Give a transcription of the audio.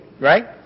right